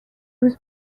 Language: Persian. روز